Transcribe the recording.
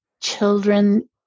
children